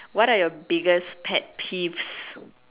what are your biggest pet peeves